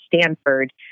Stanford